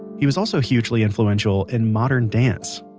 he was also hugely influential in modern dance.